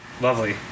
Lovely